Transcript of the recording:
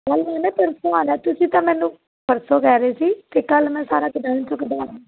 ਕੱਲ੍ਹ ਨਹੀਂ ਨਾ ਪਰਸੋਂ ਆਉਣਾ ਤੁਸੀਂ ਤਾਂ ਮੈਨੂੰ ਪਰਸੋਂ ਕਹਿ ਰਹੇ ਸੀ ਅਤੇ ਕੱਲ੍ਹ ਮੈਂ ਸਾਰਾ ਗਡਾਊਨ 'ਚੋਂ ਕਢਵਾਉਣਾ